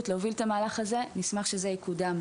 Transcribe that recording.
להוביל את המהלך הזה ונשמח שזה יקודם.